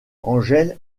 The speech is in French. angel